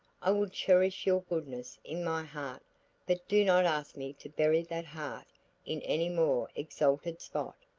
i will cherish your goodness in my heart but do not ask me to bury that heart in any more exalted spot,